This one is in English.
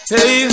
Hey